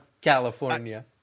California